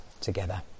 together